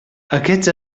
aquests